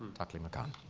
taklimakan.